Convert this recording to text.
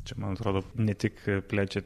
čia man atrodo ne tik plečia